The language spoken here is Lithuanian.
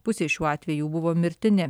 pusė šių atvejų buvo mirtini